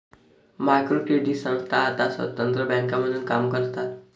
micro credit संस्था आता स्वतंत्र बँका म्हणून काम करतात